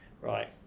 right